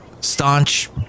staunch